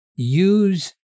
use